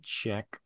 check